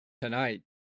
tonight